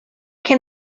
can